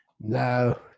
no